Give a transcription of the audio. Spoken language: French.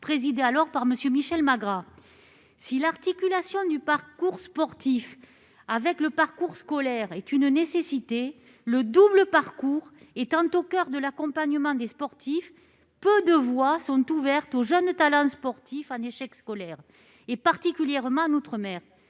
présidée alors par Michel Magras. Si l'articulation du parcours sportif avec le parcours scolaire est une nécessité, le « double parcours » étant au coeur de l'accompagnement des sportifs, peu de voies sont ouvertes aux jeunes talents sportifs en échec scolaire, particulièrement en outre-mer.